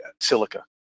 silica